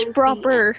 proper